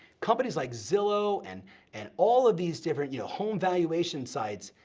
companies like zillow and and all of these different, you know, home valuation sites,